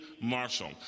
Marshall